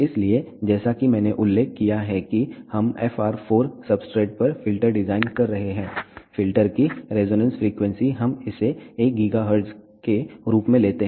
इसलिए जैसा कि मैंने उल्लेख किया है कि हम FR 4 सब्सट्रेट पर फ़िल्टर डिज़ाइन कर रहे हैं फ़िल्टर की रेजोनेंस फ्रीक्वेंसी हम इसे 1 GHz के रूप में लेते है